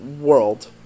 world